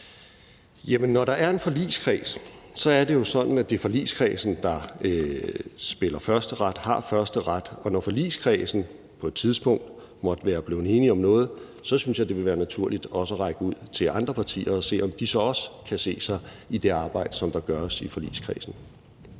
Når der er en forligskreds, er det jo sådan, at det er forligskredsen, der har førsteret. Og når forligskredsen på et tidspunkt måtte være blevet enige om noget, synes jeg det vil være naturligt også at række ud til andre partier og se, om de så også kan se sig i det arbejde, som der gøres i forligskredsen.